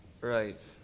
Right